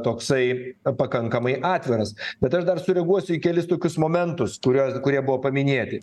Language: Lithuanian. toksai pakankamai atviras bet aš dar sureaguosiu į kelis tokius momentus kurio kurie buvo paminėti